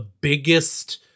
biggest